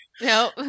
No